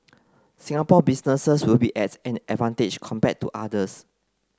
Singapore businesses will be at an advantage compared to others